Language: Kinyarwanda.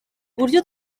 uburyo